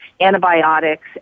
antibiotics